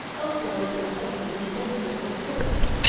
also a little study in the genesis of a prophet.